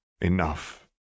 Enough